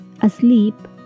asleep